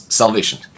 salvation